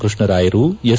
ಕೃಷ್ಣ ರಾಯರು ಎಸ್